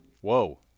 Whoa